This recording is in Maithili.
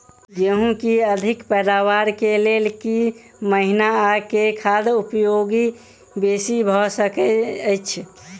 गेंहूँ की अछि पैदावार केँ लेल केँ महीना आ केँ खाद उपयोगी बेसी भऽ सकैत अछि?